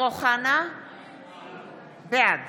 כל העניין הזה פותר לכולם, תודה רבה.